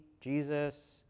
Jesus